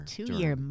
Two-year